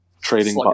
Trading